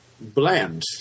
bland